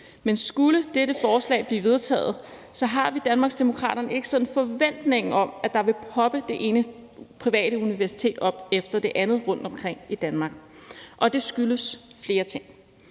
men skulle dette forslag blive vedtaget, så har vi i Danmarksdemokraterne ikke sådan forventningen om, at der vil poppe det ene private universitet op efter det andet rundtomkring i Danmark, og det skyldes flere ting.